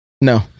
no